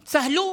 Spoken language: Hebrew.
צהלו,